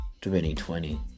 2020